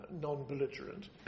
non-belligerent